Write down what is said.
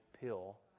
pill